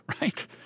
right